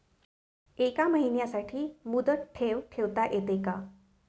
एका महिन्यासाठी मुदत ठेव ठेवता येते का?